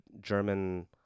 German